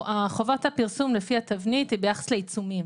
חובת הפרסום לפי התבנית היא ביחס לעיצומים.